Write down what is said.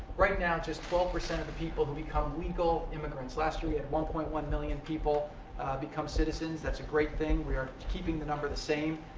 right now, just twelve percent of people become legal immigrants. last year we had one point one million people become citizens. that's a great thing. we are keeping the number the same.